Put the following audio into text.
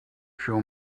show